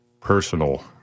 personal